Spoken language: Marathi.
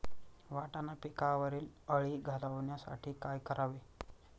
वाटाणा पिकावरील अळी घालवण्यासाठी काय करावे?